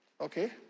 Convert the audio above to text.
okay